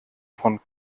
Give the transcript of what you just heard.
von